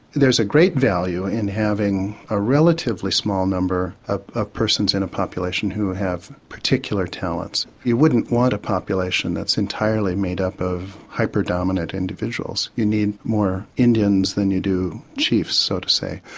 there's a great value in having a relatively small number of persons in a population who have particular talents. you wouldn't want a population that's entirely made up of hyper dominant individuals you need more indians than you do chiefs so to say.